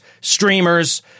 streamers